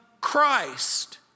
Christ